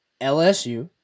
LSU